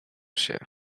się